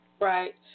Right